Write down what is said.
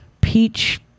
Peach